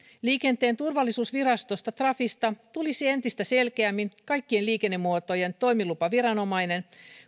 liikenteen turvallisuusvirastosta trafista tulisi entistä selkeämmin kaikkien liikennemuotojen toimilupaviranomainen